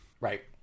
Right